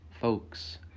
folks